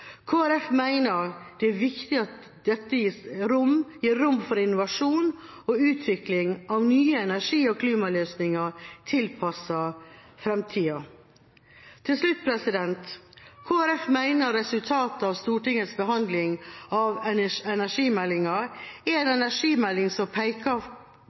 det er viktig at dette gir rom for innovasjon og utvikling av nye energi- og klimaløsninger tilpasset framtida. Til slutt: Kristelig Folkeparti mener resultatet av Stortingets behandling av energimeldinga er en energimelding som peker